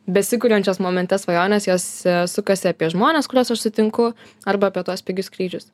besikuriančios momente svajonės jos sukasi apie žmones kuriuos aš sutinku arba apie tuos pigius skrydžius